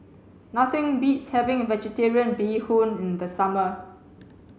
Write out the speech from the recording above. nothing beats having vegetarian bee hoon in the summer